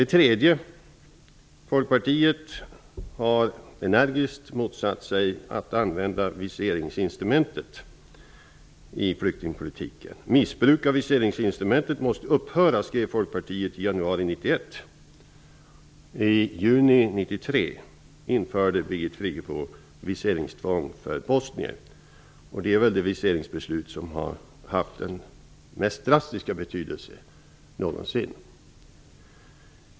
Ett tredje exempel är att Folkpartiet energiskt har motsatt sig att använda viseringsinstrumentet i flyktingpolitiken. I januari 1991 skrev Folkpartiet att missbruk av viseringsinstrumentet måste upphöra. I juni 1993 införde Birgit Friggebo viseringstvång för bosnier. Det är kanske det viseringsbeslut som har haft den mest drastiska betydelsen någonsin.